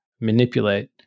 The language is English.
manipulate